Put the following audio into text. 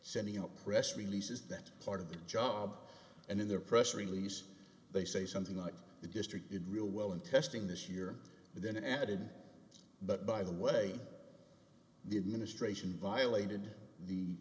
sending out press releases that part of their job and in their press release they say something like the district it real well in testing this year and then added but by the way the administration violated the